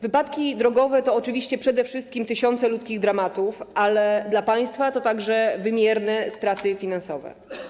Wypadki drogowe to oczywiście przede wszystkim tysiące ludzkich dramatów, ale dla państwa to także wymierne straty finansowe.